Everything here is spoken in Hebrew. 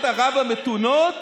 וארצות ערב המתונות